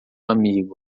amigo